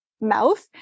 mouth